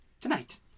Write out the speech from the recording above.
tonight